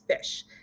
fish